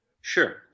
Sure